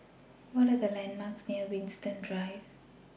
What Are The landmarks near Winstedt Drive